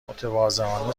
متواضعانه